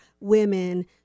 women